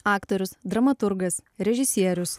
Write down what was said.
aktorius dramaturgas režisierius